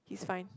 he's fine